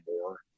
more